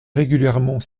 régulièrement